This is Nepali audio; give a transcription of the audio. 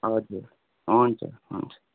हजुर हुन्छ हुन्छ